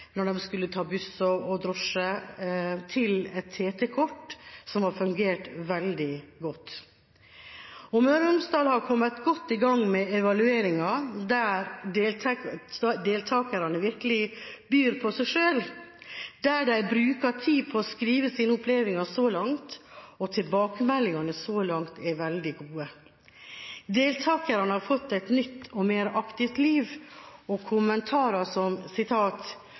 når man skulle ta buss og drosje, til et TT-kort som har fungert veldig godt. Møre og Romsdal har kommet godt i gang med evalueringen. Deltakerne byr virkelig på seg selv, og de bruker tid på å skrive sine opplevinger. Tilbakemeldingen så langt er veldig gode. Deltakerne har fått et nytt og mer aktivt liv, og kommer med kommentarer som: